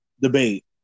debate